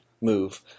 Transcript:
move